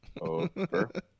Over